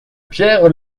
pierre